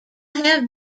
have